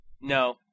No